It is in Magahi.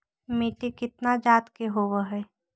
मिट्टी कितना जात के होब हय?